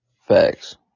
Facts